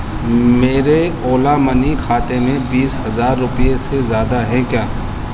میرے اولا منی کھاتے میں بیس ہزار روپے سے زیادہ ہے کیا